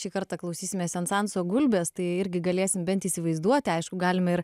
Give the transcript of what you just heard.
šį kartą klausysimės ensanso gulbės tai irgi galėsim bent įsivaizduoti aišku galime ir